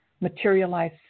materialize